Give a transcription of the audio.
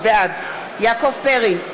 בעד יעקב פרי,